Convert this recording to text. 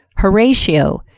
horatio,